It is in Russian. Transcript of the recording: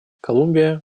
колумбия